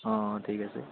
অঁ ঠিক আছে